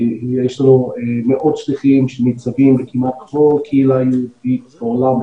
יש לנו מאות שליחים שניצבים כמעט בכל קהילה יהודית בעולם,